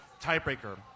tiebreaker